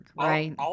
right